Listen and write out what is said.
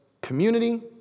Community